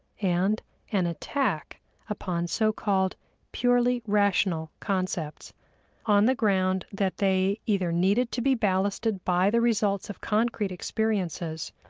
and an attack upon so-called purely rational concepts on the ground that they either needed to be ballasted by the results of concrete experiences,